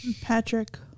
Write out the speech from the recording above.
Patrick